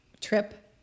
trip